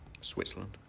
Switzerland